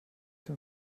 dem